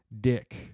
dick